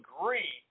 agree